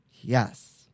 Yes